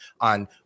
on